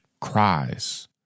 cries